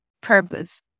Purpose